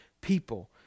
people